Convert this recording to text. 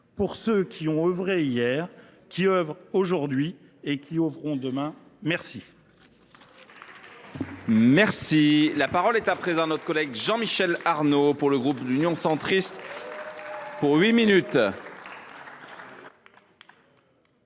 tous ceux qui ont œuvré hier, qui œuvrent aujourd’hui et qui œuvreront demain, merci